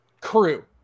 crew